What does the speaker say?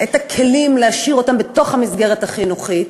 את הכלים להשאיר אותם בתוך המסגרת החינוכית.